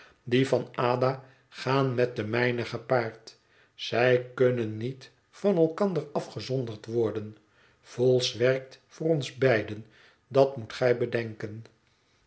die van ada gaan met de mijne gepaard zij kunnen niet van elkander afgezonderd worden vholes werkt voor ons beiden dat moet gij bedenken